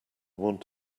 want